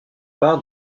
part